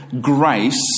grace